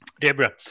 Deborah